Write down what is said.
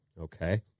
Okay